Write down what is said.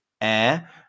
Air